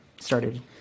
started